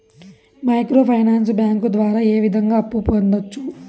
micro finance bank ద్వారా ఏ విధంగా అప్పు పొందొచ్చు